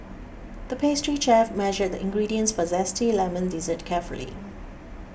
the pastry chef measured the ingredients for a Zesty Lemon Dessert carefully